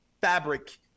fabric